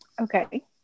Okay